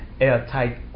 airtight